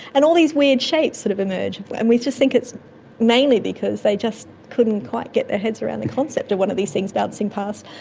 and all these weird shapes sort of emerged. and we just think it's mainly because they just couldn't quite get their heads around the concept of one of these things bouncing past.